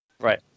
Right